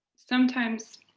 sometimes